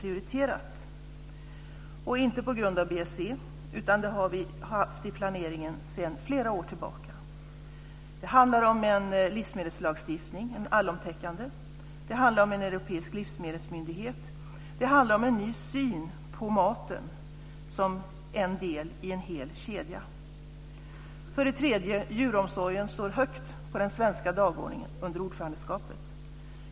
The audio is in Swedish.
Det är inte på grund av BSE, utan det har vi haft i planeringen sedan flera år tillbaka. Det handlar om en livsmedelslagstiftning - en allomtäckande. Det handlar om en europeisk livsmedelsmyndighet. Det handlar om en ny syn på maten som en del i en hel kedja. För det tredje: Djuromsorgen står högt på den svenska dagordningen under ordförandeskapet.